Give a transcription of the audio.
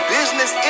Business